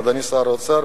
אדוני שר האוצר,